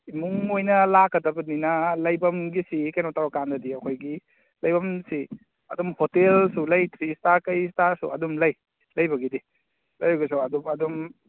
ꯏꯃꯨꯡ ꯑꯣꯏꯅ ꯂꯥꯛꯀꯗꯕꯅꯤꯅ ꯂꯩꯐꯝꯒꯤꯁꯤ ꯀꯩꯅꯣ ꯇꯧꯔ ꯀꯥꯟꯗꯗꯤ ꯑꯩꯈꯣꯏꯒꯤ ꯂꯩꯐꯝꯁꯤ ꯑꯗꯨꯝ ꯍꯣꯇꯦꯜꯁꯨ ꯂꯩꯇ꯭ꯔꯤ ꯆꯥꯛ ꯀꯩ ꯆꯥꯔꯁꯨ ꯑꯗꯨꯝ ꯂꯩ ꯂꯩꯕꯒꯤꯗꯤ ꯂꯩꯕꯁꯨ ꯑꯗꯨꯒ ꯑꯗꯨꯝ